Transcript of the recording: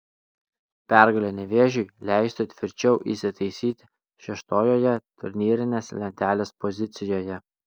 pergalė nevėžiui leistų tvirčiau įsitaisyti šeštojoje turnyrinės lentelės pozicijoje